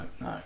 no